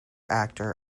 actor